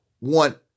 want